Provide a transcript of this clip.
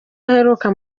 aheruka